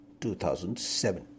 2007